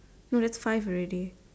no that's five already